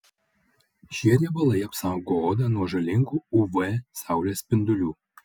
šie riebalai apsaugo odą nuo žalingų uv saulės spindulių